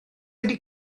ydy